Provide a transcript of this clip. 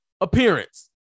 appearance